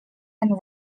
and